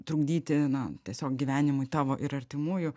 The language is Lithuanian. trukdyti na tiesiog gyvenimui tavo ir artimųjų